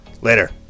Later